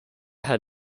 had